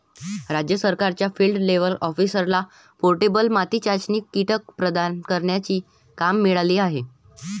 राज्य सरकारच्या field level ऑफिसरला पोर्टेबल माती चाचणी किट प्रदान करण्याचा काम मिळाला आहे